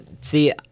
See